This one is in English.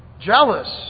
jealous